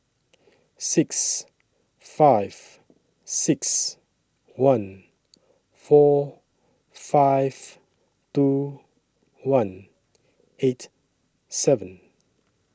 six five six one four five two one eight seven